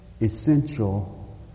essential